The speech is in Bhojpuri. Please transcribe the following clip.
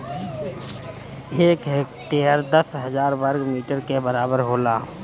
एक हेक्टेयर दस हजार वर्ग मीटर के बराबर होला